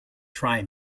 try